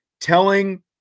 telling